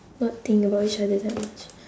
not think about each other that much